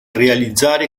realizzare